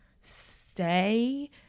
stay